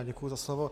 Děkuji za slovo.